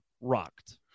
rocked